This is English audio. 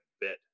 bit